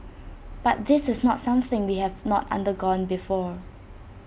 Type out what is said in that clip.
but this is not something that we have not undergone before